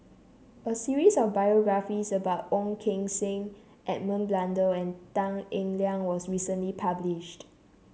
a series of biographies about Ong Keng Sen Edmund Blundell and Tan Eng Liang was recently published